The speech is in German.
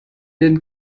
den